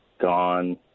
gone